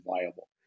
viable